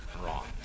wrong